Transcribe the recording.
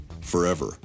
forever